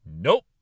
Nope